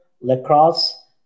lacrosse